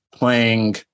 playing